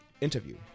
interview